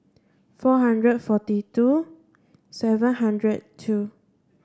four hundred forty two seven hundred two